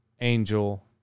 Angel